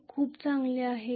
हे खूप चांगले आहे